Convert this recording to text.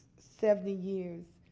seventy years.